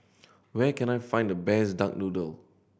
where can I find the best duck noodle